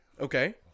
Okay